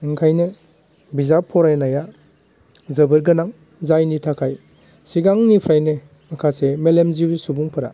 ओंखायनो बिजाब फरायनाया जोबोर गोनां जायनि थाखाय सिगांनिफ्रायनो माखासे मेलेम जिबि सुबुंफोरा